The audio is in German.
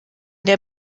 der